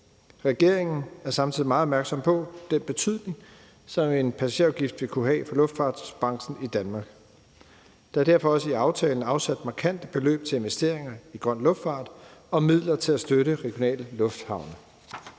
Regeringen er samtidig meget opmærksom på den betydning, som en passagerafgift vil kunne have for luftfartsbranchen i Danmark, og der er derfor også i aftalen afsat markante beløb til investeringer i grøn luftfart og midler til at støtte regionale lufthavne.